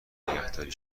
نگهداری